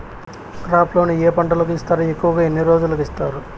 crop loan ఏ పంటలకు ఇస్తారు ఎక్కువగా ఎన్ని రోజులకి ఇస్తారు